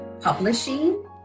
publishing